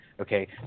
okay